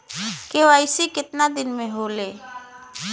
KYC कितना दिन में होले?